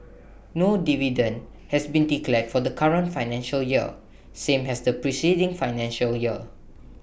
no dividend has been declared for the current financial year same has the preceding financial year